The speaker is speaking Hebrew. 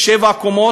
שבע קומות,